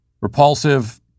Repulsive